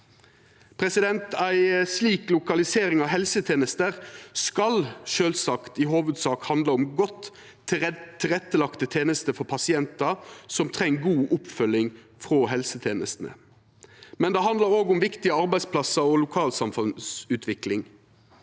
i saka. Ei slik lokalisering av helsetenester skal i hovudsak sjølvsagt handla om godt tilrettelagde tenester for pasientar som treng god oppfølging frå helsetenestene, men det handlar òg om viktige arbeidsplassar og lokalsamfunnsutvikling.